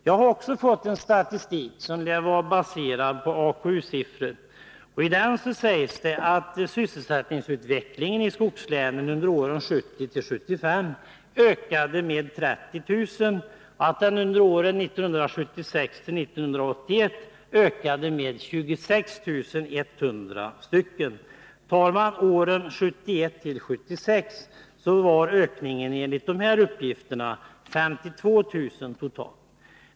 Jag har också fått en statistik, som lär vara baserad på AKU-siffror. I den sägs att antalet sysselsättningstillfällen i skogslänen under åren 1970-1975 ökade med 30 000 och att det under åren 1976-1981 ökade med 26 100. För åren 1971-1976 var ökningen, enligt de här uppgifterna, totalt 52 000.